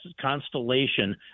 constellation